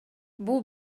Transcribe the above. бул